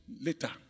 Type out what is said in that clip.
later